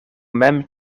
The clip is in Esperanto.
mem